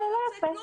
זה לא יפה.